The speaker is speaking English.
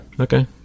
Okay